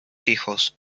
hijos